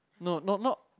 no not not